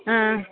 ಹಾಂ